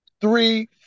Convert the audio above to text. three